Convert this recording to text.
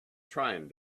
trying